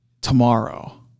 tomorrow